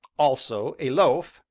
also a loaf,